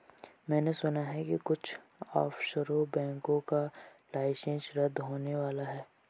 मैने सुना है कुछ ऑफशोर बैंकों का लाइसेंस रद्द होने वाला है